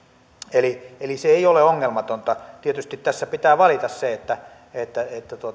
eli eli se ei ole ongelmatonta tietysti tässä pitää valita se että että